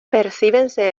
percíbense